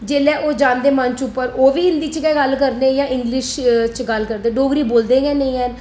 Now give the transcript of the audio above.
जेल्लै ओह् जंदे मंच उप्पर ओह् बी हिंदी च गै गल्ल करदे जां इंगलिश च गल्ल करदे डोगरी बोलदे गै नेईं हैन